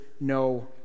no